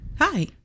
Hi